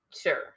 sure